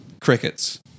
crickets